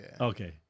Okay